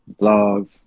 vlogs